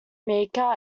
meeker